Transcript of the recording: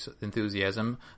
enthusiasm